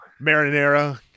Marinara